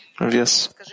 yes